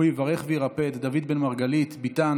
הוא יברך וירפא את דוד בן מרגלית ביטן.